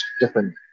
different